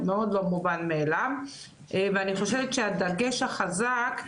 מאוד לא מובן מאליו ואני חושבת שהדגש החזק,